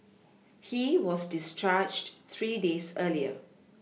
he was discharged three days earlier